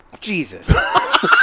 Jesus